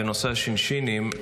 בנושא השינשינים.